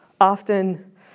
Often